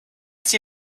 see